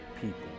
people